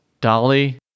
Dolly